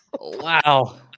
Wow